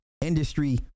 industry